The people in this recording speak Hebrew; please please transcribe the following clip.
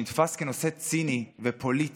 שנתפס כנושא ציני ופוליטי,